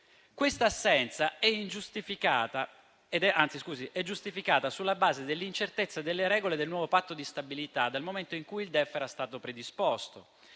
Questa assenza è giustificata sulla base dell'incertezza delle regole del nuovo Patto di stabilità, nel momento in cui il DEF era stato predisposto;